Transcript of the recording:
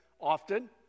often